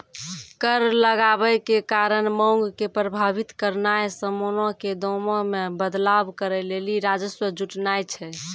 कर लगाबै के कारण मांग के प्रभावित करनाय समानो के दामो मे बदलाव करै लेली राजस्व जुटानाय छै